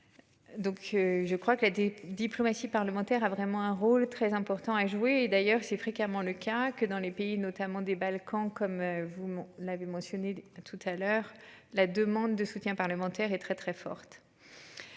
Donc je crois qu'il a des diplomatie parlementaire a vraiment un rôle très important à jouer et d'ailleurs c'est fréquemment le cas que dans les pays notamment des Balkans, comme vous l'avez mentionné tout à l'heure la demande de soutien parlementaire est très très forte.